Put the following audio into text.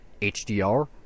HDR